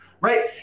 right